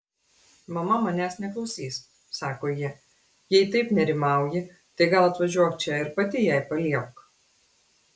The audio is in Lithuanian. mama manęs neklausys sako ji jei taip nerimauji tai gal atvažiuok čia ir pati jai paliepk